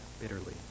bitterly